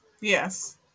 Yes